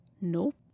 Nope